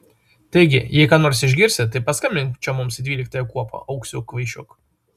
taigi jei ką nors išgirsi tai paskambink čia mums į dvyliktąją kuopą auksiuk kvaišiuk